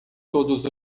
todos